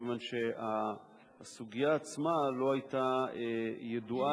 מכיוון שהסוגיה עצמה לא היתה ידועה לי.